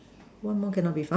one more cannot be found